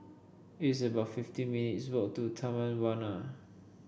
it's about fifteen minutes' walk to Taman Warna